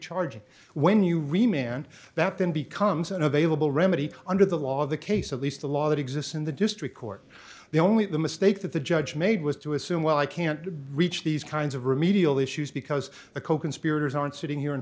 charge when you remain and that then becomes an available remedy under the law the case at least the law that exists in the district court the only the mistake that the judge made was to assume well i can't reach these kinds of remedial issues because the coconspirators aren't sitting here in